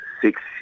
six